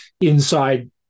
inside